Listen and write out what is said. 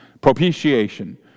Propitiation